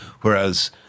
whereas